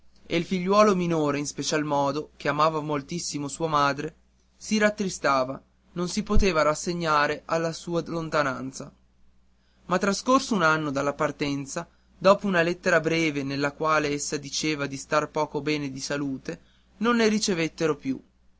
e il figliuolo minore in special modo che amava moltissimo sua madre si rattristava non si poteva rassegnare alla sua lontananza ma trascorso un anno dalla partenza dopo una lettera breve nella quale essa diceva di star poco bene di salute non ne ricevettero più